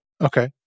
Okay